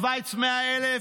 שווייץ, 100,000,